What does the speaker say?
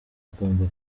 igomba